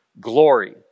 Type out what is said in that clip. glory